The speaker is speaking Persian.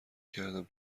کردم